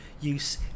use